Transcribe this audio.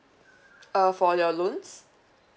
uh for your loans